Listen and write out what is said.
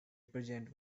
present